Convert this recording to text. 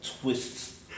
Twists